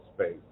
space